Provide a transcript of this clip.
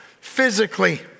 physically